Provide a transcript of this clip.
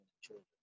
children